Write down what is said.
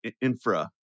infra